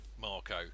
Marco